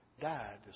died